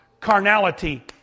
Carnality